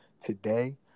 today